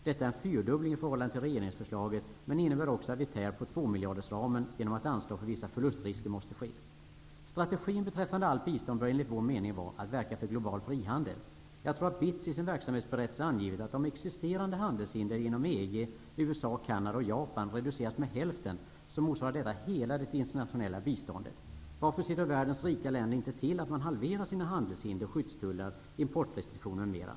Detta är en fyrdubbling i förhållande till regeringsförslaget men innebär också att vi tär på 2 Strategin beträffande allt bistånd bör enligt vår mening vara att verka för global frihandel. Jag tror att BITS i sin verksamhetsberättelse angivit att om existerande handelshinder inom EG, USA, Canada och Japan reducerades med hälften, så motsvarar detta hela det internationella biståndet. Varför ser då världens rika länder inte till att man halverar sina handelshinder, skyddstullar, importrestriktioner m.m.?